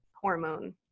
hormone